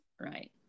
right